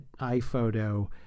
iPhoto